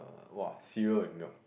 uh !wah! cereal and milk